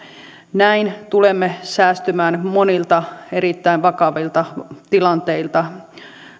näin tulemme säästymään monilta erittäin vakavilta tilanteilta